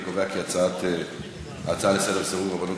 אני קובע כי ההצעות לסדר-היום: סירוב רבנות